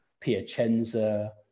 Piacenza